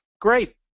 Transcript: Great